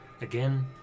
again